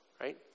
right